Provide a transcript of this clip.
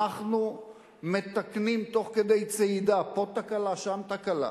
אנחנו מתקנים תוך כדי צעידה פה תקלה, שם תקלה.